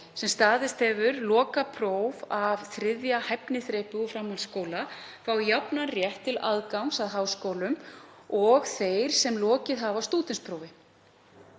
sem staðist hefur lokapróf á þriðja hæfniþrepi úr framhaldsskóla fái jafnan rétt til aðgangs að háskólum og þeir sem lokið hafa stúdentsprófi.